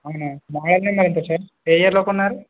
అవునా సార్ ఏ ఇయర్లో కొన్నారు